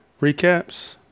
Recaps